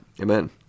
Amen